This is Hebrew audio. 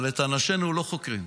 אבל את אנשינו לא חוקרים,